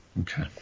Okay